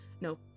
No